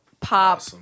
pop